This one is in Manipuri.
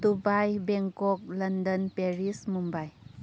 Dubai Bangkok London Paris Mumbai